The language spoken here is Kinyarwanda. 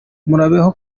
murabeho